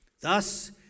Thus